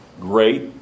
great